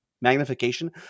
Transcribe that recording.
magnification